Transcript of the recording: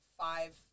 five